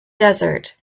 desert